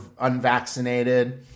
unvaccinated